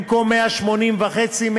במקום 180.5,